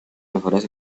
mejoras